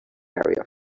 area